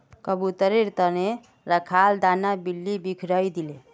कबूतरेर त न रखाल दाना बिल्ली बिखरइ दिले